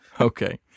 Okay